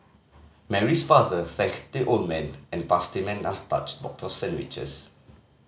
Mary's father thanked the old man and passed him an untouched box of sandwiches